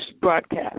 broadcast